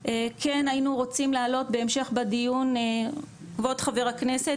כן היינו רוצים להעלות בהמשך בדיון כבוד חבר הכנסת,